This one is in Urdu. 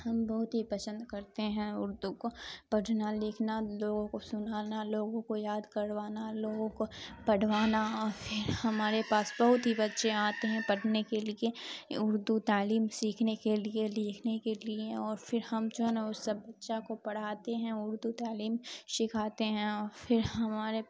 ہم بہت ہی پسند کرتے ہیں اردو کو پڑھنا لکھنا لوگوں کو سنانا لوگوں کو یاد کروانا لوگوں کو پڑھوانا اور پھر ہمارے پاس بہت ہی بچے آتے ہیں پڑھنے کے لیے اردو تعلیم سیکھنے کے لیے لکھنے کے لیے اور پھر ہم جو ہے نا اس سب بچہ کو پڑھاتے ہیں اردو تعلیم سکھاتے ہیں اور پھر ہمارے